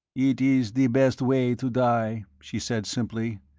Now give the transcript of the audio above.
it is the best way to die, she said, simply.